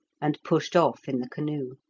and pushed off in the canoe.